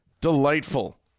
Delightful